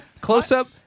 close-up